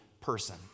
person